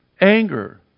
anger